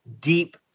deep